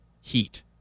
heat